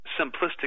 simplistic